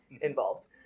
involved